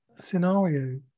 scenario